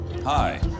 hi